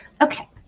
Okay